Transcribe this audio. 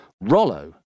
Rollo